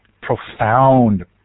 Profound